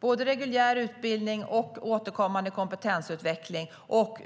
Det gäller reguljär utbildning, återkommande kompetensutveckling och